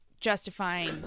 justifying